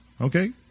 Okay